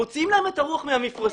מוציאים להם את הרוח מהמפרשים,